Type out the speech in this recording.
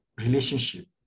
relationship